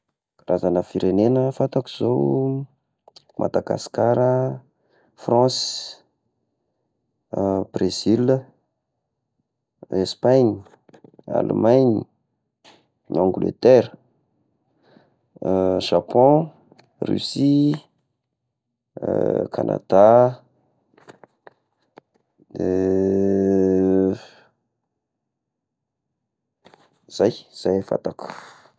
Karazagna firenegna fantako zao: Madagasikara, France, Bresile, Espagne, Allemagne, i Angleterre, Japon, Russie, Canada, zay zay a fantako.